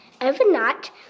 Overnight